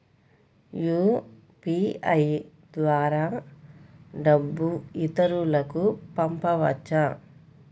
UPI ద్వారా డబ్బు ఇతరులకు పంపవచ్చ?